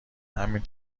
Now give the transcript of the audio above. همین